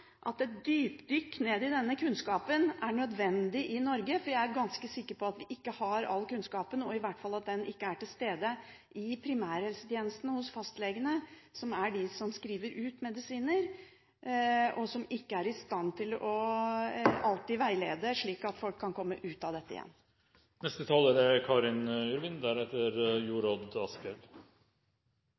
at et dypdykk ned i denne kunnskapen er nødvendig i Norge, for jeg er ganske sikker på at vi ikke har all kunnskapen, og i hvert fall på at den ikke er til stede i primærhelsetjenesten hos fastlegene, som er de som skriver ut medisiner, og som ikke alltid er i stand til å veilede slik at folk kan komme ut av dette